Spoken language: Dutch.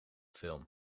film